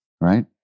right